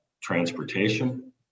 transportation